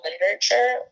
literature